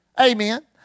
Amen